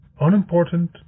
unimportant